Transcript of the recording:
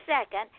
second